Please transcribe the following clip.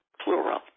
plural